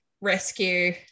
rescue